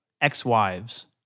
Ex-wives